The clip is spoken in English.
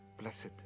blessed